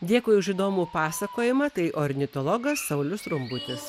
dėkui už įdomų pasakojimą tai ornitologas saulius rumbutis